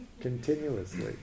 continuously